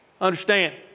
Understand